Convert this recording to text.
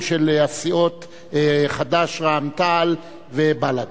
של הסיעות חד"ש רע"ם-תע"ל ובל"ד.